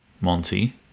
Monty